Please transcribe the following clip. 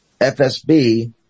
FSB